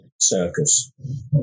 Circus